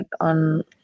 on